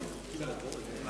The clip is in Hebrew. אותם.